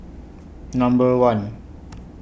Number one